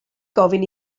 gofyn